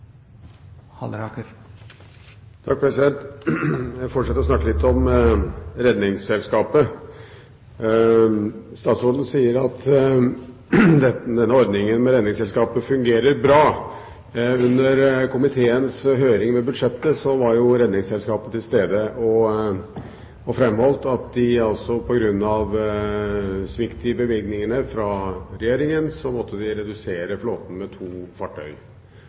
Jeg vil fortsette å snakke litt om Redningsselskapet. Statsråden sier at ordningen med Redningsselskapet fungerer bra. Under komiteens høring i forbindelse med budsjettet var Redningsselskapet til stede og framholdt at de på grunn av svikt i bevilgningene fra Regjeringen måtte redusere flåten med to